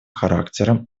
характером